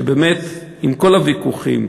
שבאמת עם כל הוויכוחים,